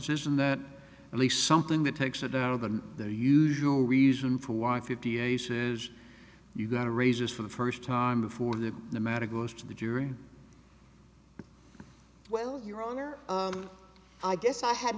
isn't that at least something that takes it out of the the usual reason for why fifty aces you got to raises for the first time before the matter goes to the jury well your honor i guess i had